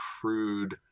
crude